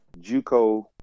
Juco